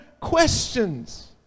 questions